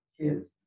kids